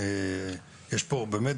יש פה באמת,